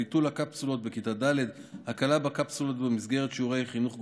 ביטול הקפסולות בכיתה ד'; הקלה בקפסולות במסגרת שיעור חינוך גופני,